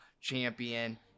champion